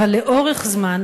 אבל לאורך זמן,